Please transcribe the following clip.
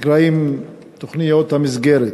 שנקראות תוכניות המסגרת,